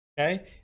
okay